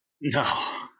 No